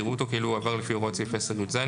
יראו אותו כאילו הועבר לפי הוראות סעיף 10יז,